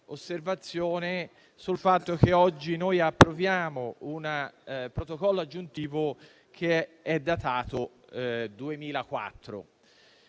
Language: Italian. un'osservazione sul fatto che stiamo per approvare un Protocollo aggiuntivo che è datato 2004.